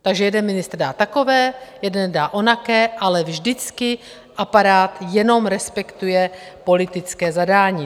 Takže jeden ministr dá takové, jeden dá onaké, ale vždycky aparát jenom respektuje politické zadání.